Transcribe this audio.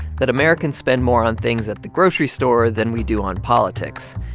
that americans spend more on things at the grocery store than we do on politics.